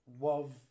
love